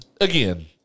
Again